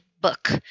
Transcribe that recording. book